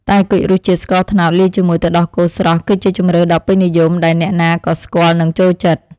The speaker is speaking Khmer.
តែគុជរសជាតិស្ករត្នោតលាយជាមួយទឹកដោះគោស្រស់គឺជាជម្រើសដ៏ពេញនិយមដែលអ្នកណាក៏ស្គាល់និងចូលចិត្ត។